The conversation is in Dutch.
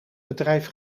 bedrijf